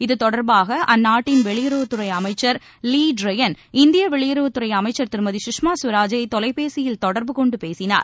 இத்தொடர்பாக அந்நாட்டின் வெளியுறவுத்துறை அமைச்சர் லீ டிரையன் இந்திய வெளியுறவுத்துறை அமைச்சர் திருமதி சுஷ்மா ஸ்வராஜை தொலைபேசியில் தொடர்பு கொண்டு பேசினார்